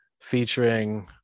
featuring